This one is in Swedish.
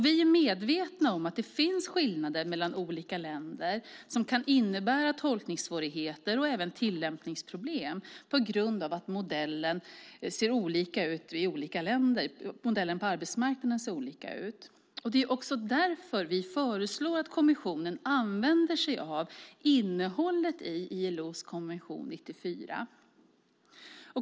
Vi är medvetna om att det finns skillnader mellan olika länder som kan innebära tolkningssvårigheter och även tillämpningsproblem på grund av att modellen på arbetsmarknaden ser olika ut i olika länder. Det är också därför vi föreslår att kommissionen använder sig av innehållet i ILO:s konvention 94.